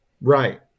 Right